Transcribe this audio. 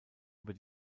über